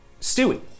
Stewie